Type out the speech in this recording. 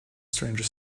stranger